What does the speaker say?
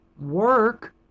Work